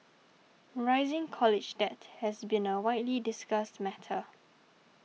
rising college debt has been a widely discussed matter